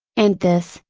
and this,